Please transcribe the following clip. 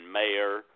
mayor